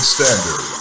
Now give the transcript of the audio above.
Standard